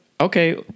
okay